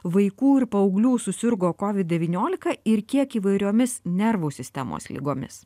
vaikų ir paauglių susirgo kovid devyniolika ir kiek įvairiomis nervų sistemos ligomis